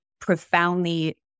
profoundly